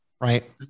right